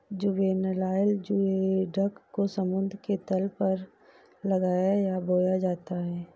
juvenile geoduck को समुद्र के तल पर लगाया है या बोया जाता है